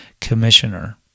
commissioner